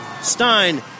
Stein